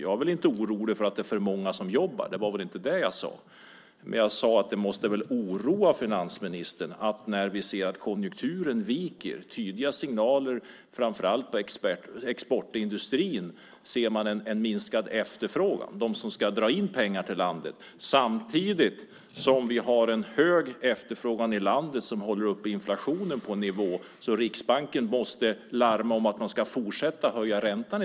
Jag är inte orolig för att det är för många som jobbar. Det var inte det jag sade. Men jag sade att det väl måste oroa finansministern när vi ser att konjunkturen viker. Vi får tydliga signaler från framför allt exportindustrin, som ska dra in pengar till landet, om en minskad efterfrågan. Samtidigt har vi en hög efterfrågan i landet som håller uppe inflationen på en sådan nivå att Riksbanken måste larma om att man ska fortsätta att höja räntan.